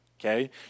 Okay